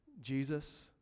Jesus